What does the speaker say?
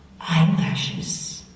Eyelashes